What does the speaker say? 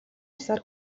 усаар